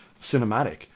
cinematic